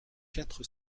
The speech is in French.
quatre